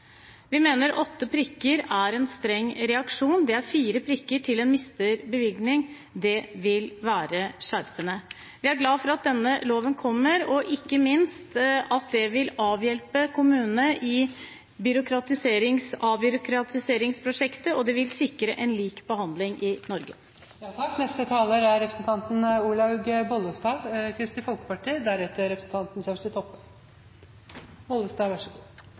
åtte prikker er en streng reaksjon – det er fire prikker til en mister bevilling. Det vil være skjerpende. Vi er glad for at denne loven kommer, ikke minst fordi det vil avhjelpe kommunene i avbyråkratiseringsprosjektet, og det vil sikre en lik behandling i Norge. Kristelig Folkeparti mener at innretningen med et prikksystem i lovforslaget er